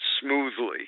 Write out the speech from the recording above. smoothly